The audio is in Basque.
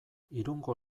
irungo